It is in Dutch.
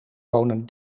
wonen